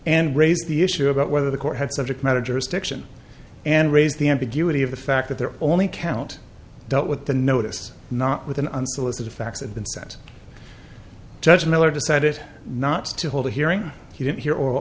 and raised the issue about whether the court had subject matter jurisdiction and raised the ambiguity of the fact that they're only count dealt with the notice not with an unsolicited fax and then sent judge miller decided not to hold a hearing he didn't hear or